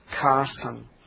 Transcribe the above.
Carson